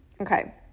Okay